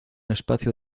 espacio